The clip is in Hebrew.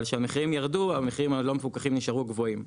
אבל כשהמחירים ירדו המחירים הלא מפוקחים נשארו גבוהים.